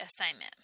assignment